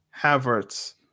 Havertz